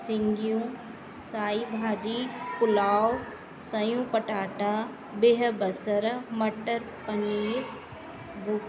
सिंगियूं साई भाॼी पुलाव सइयूं पटाटा बेह बसर मटर पनीर